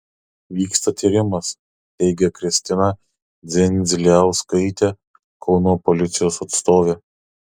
vyksta tyrimas teigė kristina dzindziliauskaitė kauno policijos atstovė